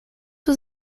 was